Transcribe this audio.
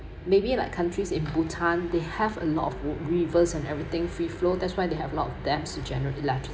maybe like countries in bhutan they have a lot of rivers and everything free flow that's why they have a lot of dam to general electric